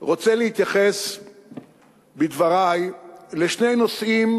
רוצה להתייחס בדברי לשני נושאים